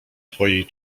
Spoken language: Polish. twojej